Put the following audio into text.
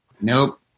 Nope